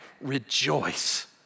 rejoice